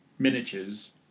Miniatures